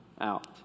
out